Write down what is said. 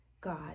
God